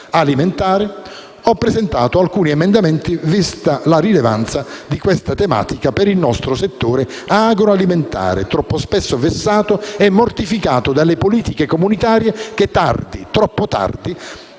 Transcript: alimentare, ho presentato alcuni emendamenti, vista la rilevanza di questa tematica per il nostro settore agroalimentare, troppo spesso vessato e mortificato dalle politiche comunitarie che, tardi, troppo tardi,